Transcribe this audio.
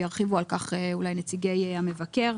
וירחיבו על כך אולי נציגי המבקר.